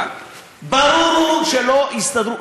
ברור שלא יסתדרו.